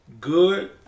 good